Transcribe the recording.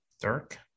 Dirk